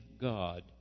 God